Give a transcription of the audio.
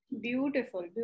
Beautiful